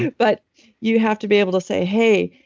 but you have to be able to say, hey.